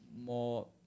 more